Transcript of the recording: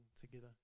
together